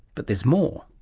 but there's more.